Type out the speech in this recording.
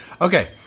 Okay